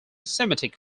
semitic